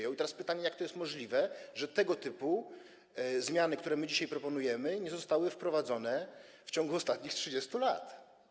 I teraz pytanie: Jak to jest możliwe, że tego typu zmiany, które my dzisiaj proponujemy, nie zostały wprowadzone w ciągu ostatnich 30 lat?